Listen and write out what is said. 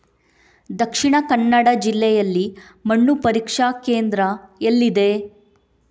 ದಕ್ಷಿಣ ಕನ್ನಡ ಜಿಲ್ಲೆಯಲ್ಲಿ ಮಣ್ಣು ಪರೀಕ್ಷಾ ಕೇಂದ್ರ ಎಲ್ಲಿದೆ?